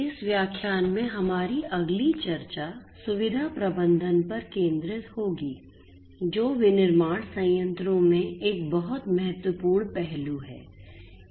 इस व्याख्यान में हमारी अगली चर्चा सुविधा प्रबंधन पर केंद्रित होगी जो विनिर्माण संयंत्रों में एक बहुत महत्वपूर्ण पहलू है